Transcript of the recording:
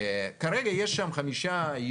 כרגע יש שם 5 מיליארד,